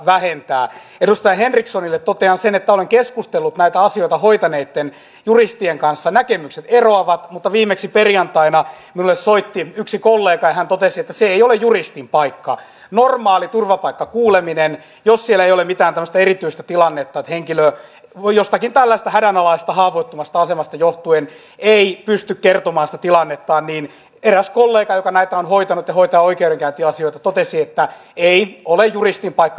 edustaja henrikssonille totean sen että olen keskustellut näitä asioita hoitaneitten juristien kanssa ja näkemykset eroavat mutta viimeksi perjantaina minulle soitti yksi kollega ja hän totesi että se ei ole juristin paikka normaalista turvapaikkakuulemisesta jos siellä ei ole mitään tämmöistä erityistä tilannetta että henkilö jostakin tällaisesta hädänalaisesta haavoittuvasta asemasta johtuen ei pysty kertomaan sitä tilannetta eräs kollega joka näitä on hoitanut ja hoitaa oikeudenkäyntiasioita totesi että ei ole juristin paikka